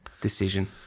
decision